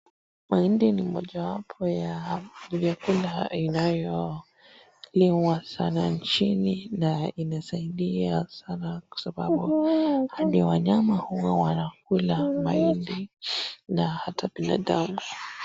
Mahindi ni moja wapo ya vyakula inayoliwa sana nchini na inasaidia sana kwa sababu hadi wanyama huwa wanakula mahindi na ata binadamu.